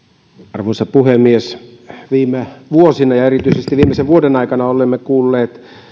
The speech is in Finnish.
arvoisa puhemies viime vuosina ja erityisesti viimeisen vuoden aikana olemme kuulleet